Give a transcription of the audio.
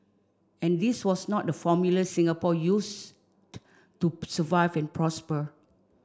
and this was not the formula Singapore use to to survive and prosper